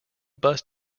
bus